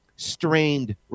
strained